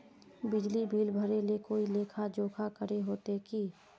बिजली बिल भरे ले कोई लेखा जोखा करे होते की?